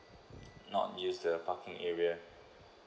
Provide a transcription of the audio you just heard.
not use the parking area